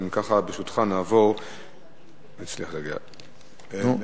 אם כך, ברשותך, נעבור לשאילתא מס'